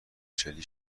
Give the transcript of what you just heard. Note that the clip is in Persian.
چلی